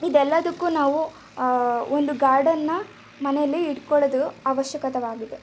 ಇದೆಲ್ಲದಕ್ಕು ನಾವು ಒಂದು ಗಾರ್ಡನ್ನ ಮನೇಲಿ ಇಟ್ಟುಕೊಳ್ಳೋದು ಅವಶ್ಯಕವಾಗಿದೆ